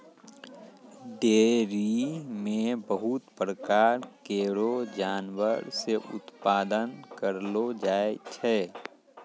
dairy म बहुत प्रकार केरो जानवर से उत्पादन करलो जाय छै